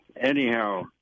Anyhow